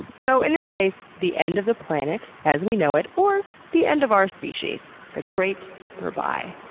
so in this case, the end of the planet as we know it, or the end of our species. the great berbye.